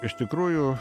iš tikrųjų